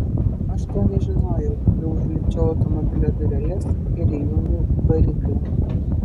aš to nežinojau kai užlipdžiau automobilio dureles ir įjungiau variklį